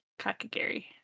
Kakagiri